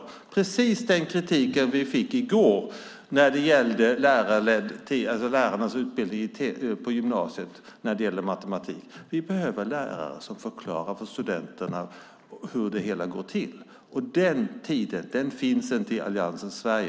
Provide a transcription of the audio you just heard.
Det är precis den kritik som vi fick i går när det gällde utbildning av lärare för undervisning i matematik på gymnasiet. Vi behöver lärare som förklarar för studenterna hur det hela går till. Den tiden finns inte på högskolan i alliansens Sverige.